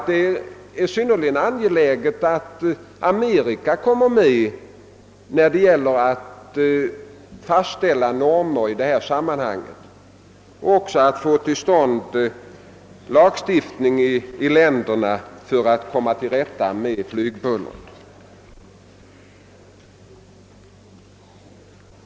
Det är synnerligen angeläget att få med exempelvis Amerika när det gäller att i detta sammanhang fastställa normer och att få till stånd en lagstiftning i de olika länderna för att komma till rätta med flygbullret.